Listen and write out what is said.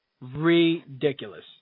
Ridiculous